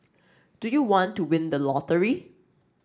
do you want to win the lottery